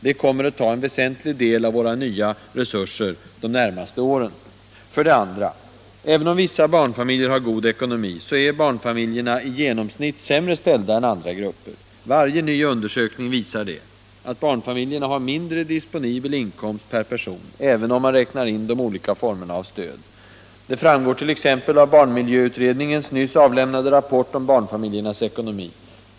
Det kommer att ta en väsentlig del av våra nya resurser de närmaste åren. För det andra: Även om vissa barnfamiljer har god ekonomi, så är barnfamiljerna i genomsnitt sämre ställda än andra grupper. Varje ny undersökning som har gjorts visar att barnfamiljerna har mindre disponibel inkomst per person —- även om man räknar in de olika formerna av stöd. Det framgår t.ex. av barnmiljöutredningens nyss avlämnade rapport om barnfamiljernas ekonomi.